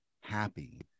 happy